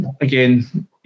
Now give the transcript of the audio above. again